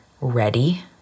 ready